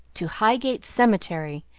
to highgate cemetery!